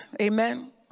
Amen